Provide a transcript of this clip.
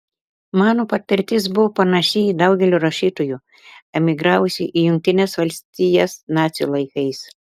mano patirtis buvo panaši į daugelio rašytojų emigravusių į jungtines valstijas nacių laikais